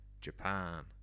Japan